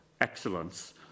Excellence